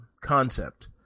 concept